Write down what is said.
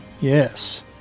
Yes